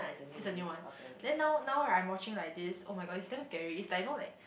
is the new one then now now right I'm watching like this [oh]-my-god is damn scary it's like know like